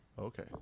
okay